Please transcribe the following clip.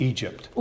Egypt